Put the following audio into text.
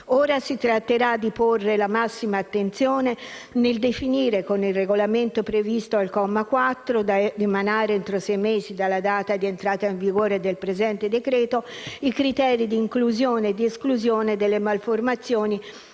Ora si tratterà di porre la massima attenzione nel definire, con il regolamento previsto al comma 4, da emanare entro sei mesi dalla data di entrata in vigore del presente decreto-legge, i criteri di inclusione ed esclusione delle malformazioni